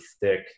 thick